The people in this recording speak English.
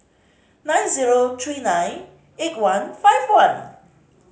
nine zero three nine eight one five one